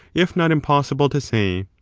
if not impossible, to say.